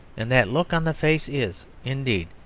and that look on the face is, indeed,